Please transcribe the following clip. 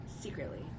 secretly